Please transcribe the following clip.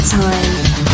time